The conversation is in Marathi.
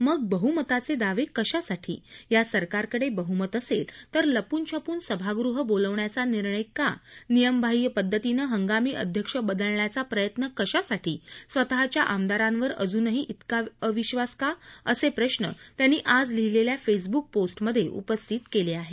मग बहुमताचे दावे कशासाठी या सरकारकडे बहुमत असेल तर लपून छपून सभागृह बोलावण्याचा निर्णय का नियमबाह्य पद्धतीनं हंगामी अध्यक्ष बदलण्याचा प्रयत्न कशासाठी स्वतःच्या आमदारांवर अजूनही त्रिका अविधास का असे प्रश्न त्यांनी आज लिहिलेल्या फेसब्रक पोष्टमधे उपस्थित केले आहेत